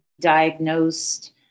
diagnosed